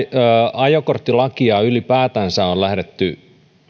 ajokorttilakia ylipäätänsä on lähdetty